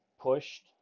pushed